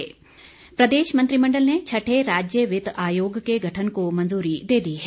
मंत्रिमंडल प्रदेश मंत्रिमंडल ने छठे राज्य वित्त आयोग के गठन को मंजूरी दे दी है